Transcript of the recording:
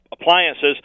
appliances